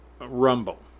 Rumble